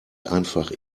einfach